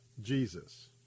Jesus